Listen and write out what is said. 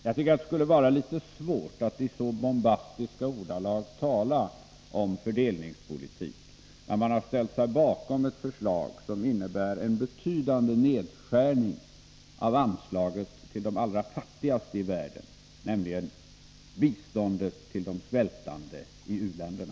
Jag tycker att det borde kännas litet svårt att i så bombastiska ordalag tala om fördelningspolitik, när man har ställt sig bakom ett förslag som innebär en betydande nedskärning av anslaget till de allra fattigaste i världen, nämligen biståndet till de svältande i u-länderna.